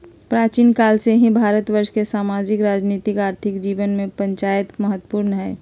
प्राचीन काल से ही भारतवर्ष के सामाजिक, राजनीतिक, आर्थिक जीवन में पंचायत महत्वपूर्ण हइ